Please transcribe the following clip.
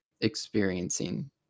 experiencing